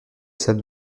salle